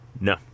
No